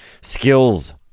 Skills